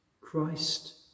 Christ